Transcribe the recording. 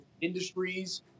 industries